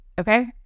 Okay